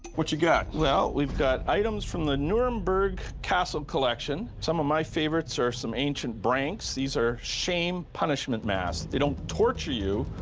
what you got? museum, we've got items from the nuremberg castle collection. some of my favorites are some ancient branks. these are shame punishment masks. they don't torture you.